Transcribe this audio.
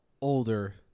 older